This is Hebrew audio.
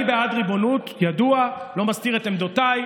אני בעד ריבונות, ידוע, לא מסתיר את עמדותיי.